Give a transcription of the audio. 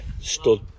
stood